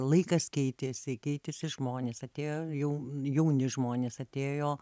laikas keitėsi keitėsi žmonės atėjo jau jauni žmonės atėjo